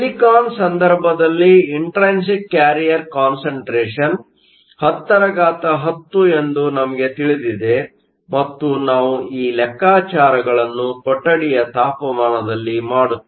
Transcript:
silicon ಸಂದರ್ಭದಲ್ಲಿ intrinsic carrier concentration 1010 ಎಂದು ನಮಗೆ ತಿಳಿದಿದೆ ಮತ್ತು ನಾವು ಈ ಲೆಕ್ಕಾಚಾರಗಳನ್ನು ಕೊಠಡಿಯ ತಾಪಮಾನದಲ್ಲಿ ಮಾಡುತ್ತಿದ್ದೇವೆ